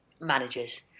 managers